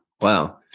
wow